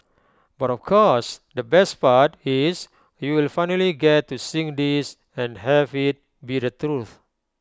but of course the best part is you'll finally get to sing this and have IT be the truth